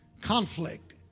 conflict